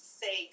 say